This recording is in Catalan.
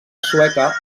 sueca